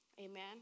Amen